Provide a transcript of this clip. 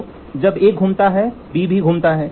तो जब A घूमता है B भी घूमता है